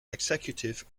executive